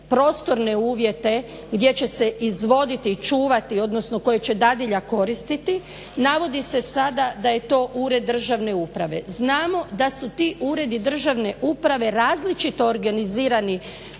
prostorne uvjete gdje će se izvoditi, čuvati odnosno koje će dadilja koristiti. Navodi se sada da je to ured državne uprave. Znamo da su ti uredi državne uprave različito organizirani